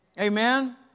Amen